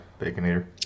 Baconator